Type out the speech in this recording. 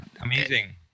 amazing